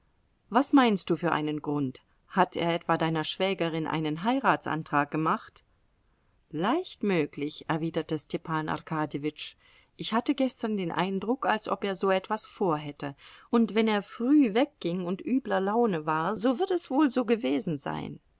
was meinst du für einen grund hat er etwa deiner schwägerin einen heiratsantrag gemacht leicht möglich erwiderte stepan arkadjewitsch ich hatte gestern den eindruck als ob er so etwas vor hätte und wenn er früh wegging und übler laune war so wird es wohl so gewesen sein